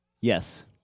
Yes